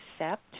accept